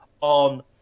on